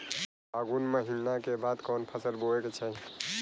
फागुन महीना के बाद कवन फसल बोए के चाही?